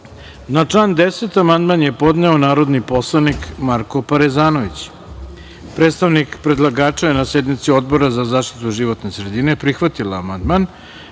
član 10. amandman je podneo narodni poslanik Marko Parezanović. Predstavnik predlagača je na sednici Odbora za zaštitu životne sredine prihvatila